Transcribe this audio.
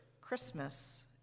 Christmas